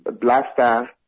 Blaster